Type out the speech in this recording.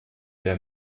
der